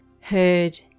heard